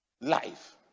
life